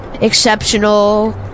exceptional